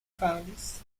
families